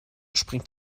springt